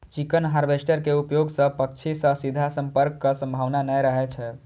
chicken harvester के उपयोग सं पक्षी सं सीधा संपर्कक संभावना नै रहै छै